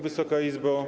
Wysoka Izbo!